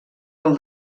del